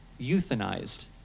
euthanized